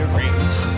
rings